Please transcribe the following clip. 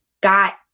got